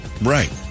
Right